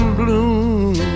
bloom